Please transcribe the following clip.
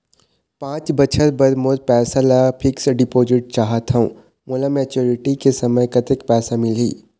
पांच बछर बर मोर पैसा ला फिक्स डिपोजिट चाहत हंव, मोला मैच्योरिटी के समय कतेक पैसा मिल ही?